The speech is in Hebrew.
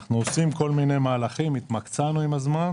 אנחנו עושים כל מיני מהלכים, התמקצענו עם הזמן.